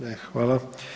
Ne, hvala.